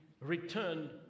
returned